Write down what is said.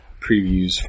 previews